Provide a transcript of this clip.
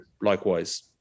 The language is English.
likewise